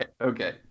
okay